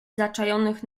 zaczajonych